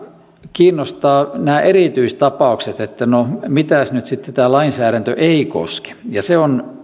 kiinnostavat nämä erityistapaukset että no mitäs nyt sitten tämä lainsäädäntö ei koske ja se on